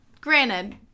Granted